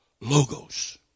Logos